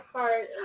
Heart